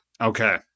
Okay